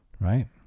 Right